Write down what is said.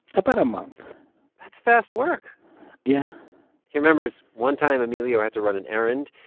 about a month that's fast work yeah he remembers one time emilio had to run an errand,